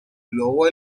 globo